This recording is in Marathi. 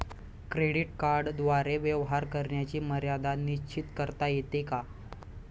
क्रेडिट कार्डद्वारे व्यवहार करण्याची मर्यादा निश्चित करता येते का?